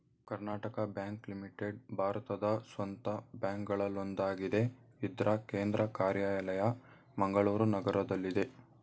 Karnataka bank limited ಭಾರತದ ಸ್ವಂತ ಬ್ಯಾಂಕ್ಗಳಲ್ಲೊಂದಾಗಿದೆ ಇದ್ರ ಕೇಂದ್ರ ಕಾರ್ಯಾಲಯ ಮಂಗಳೂರು ನಗರದಲ್ಲಿದೆ